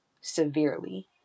severely